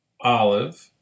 olive